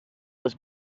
was